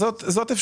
אז זאת אפשרות.